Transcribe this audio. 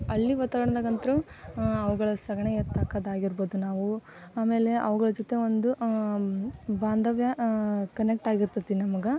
ಹಳ್ಳಿ ವಾತಾವರಣದಾಗಂತು ಅವುಗಳ ಸಗಣಿ ಎತ್ತಾಕೋದಾಗಿರ್ಬೋದು ನಾವು ಆಮೇಲೆ ಅವುಗಳ ಜೊತೆ ಒಂದು ಬಾಂಧವ್ಯ ಕನೆಕ್ಟ್ ಆಗಿರ್ತೈತೆ ನಮ್ಗೆ